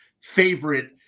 favorite